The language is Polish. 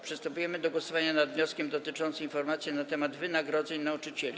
Przystępujemy do głosowania nad wnioskiem dotyczącym informacji na temat wynagrodzeń nauczycieli.